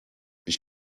ich